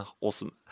Awesome